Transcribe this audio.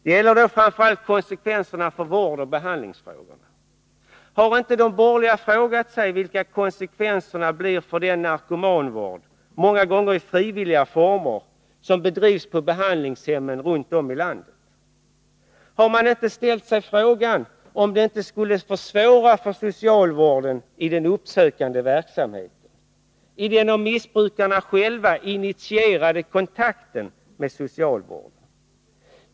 Det gäller framför allt konsekvenserna för vårdoch behandlingsfrågorna. Har inte de borgerliga frågat sig vilka konsekvenserna blir för den narkomanvård, många gånger i frivilliga former, som bedrivs på behandlingshemmen runt om i landet? Har man inte ställt sig frågan om det inte skulle försvåra för socialvården i den uppsökande verksamheten, i den av missbrukarna själv initierade kontakten med socialvården?